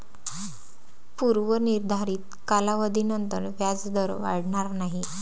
पूर्व निर्धारित कालावधीनंतर व्याजदर वाढणार नाही